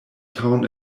town